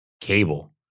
cable